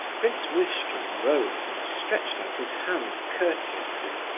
prince muishkin rose and stretched out his hand courteously,